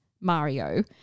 Mario